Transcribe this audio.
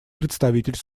представитель